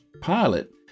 pilot